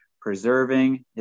preserving